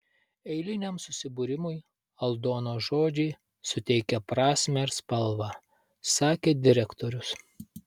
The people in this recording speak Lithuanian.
eiliniam susibūrimui aldonos žodžiai suteikia prasmę ir spalvą sakė direktorius